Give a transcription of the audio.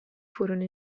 furono